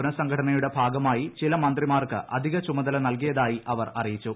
പുനസംഘടനയുടെ ഭാഗമായി ചില മന്ത്രിമാർക്ക് അധിക ചുമതല നൽകിയതായി അവർ അറിയിച്ചു